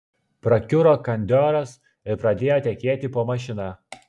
prakiuro kandioras ir pradėjo tekėti po mašina